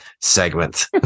segment